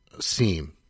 seem